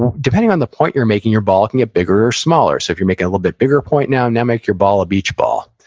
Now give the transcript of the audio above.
depending on the point you're making, your ball can get bigger or smaller. so, if you're making a little bit bigger point now, now make your ball a beach ball.